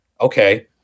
Okay